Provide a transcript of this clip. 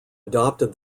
adopted